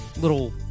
little